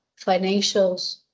financials